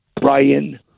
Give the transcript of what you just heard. Brian